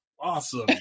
Awesome